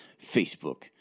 Facebook